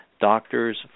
doctors